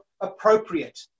appropriate